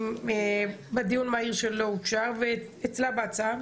אתה בדיון מהיר שלא אושר ואצלה בהצעה.